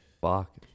Fuck